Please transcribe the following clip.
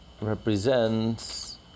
represents